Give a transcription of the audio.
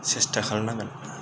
सेस्ता खालमनांगोन